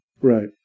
Right